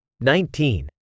nineteen